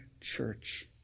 church